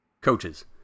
Coaches